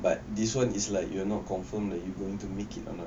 but this [one] is like you are not confirm that you going to make it or not